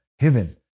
heaven